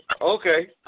Okay